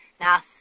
Now